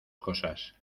cosas